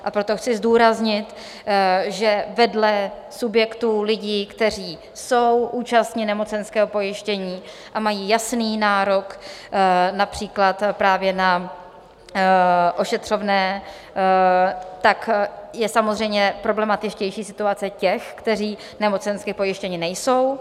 A proto chci zdůraznit, že vedle subjektů, lidí, kteří jsou účastni nemocenského pojištění a mají jasný nárok například právě na ošetřovné, je samozřejmě problematičtější situace těch, kteří nemocensky pojištěni nejsou.